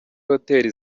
hoteri